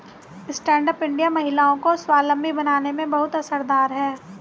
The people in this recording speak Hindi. स्टैण्ड अप इंडिया महिलाओं को स्वावलम्बी बनाने में बहुत असरदार है